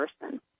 person